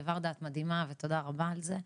ורדה, את מדהימה ותודה רבה על זה.